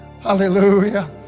Hallelujah